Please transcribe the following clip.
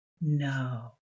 No